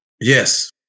Yes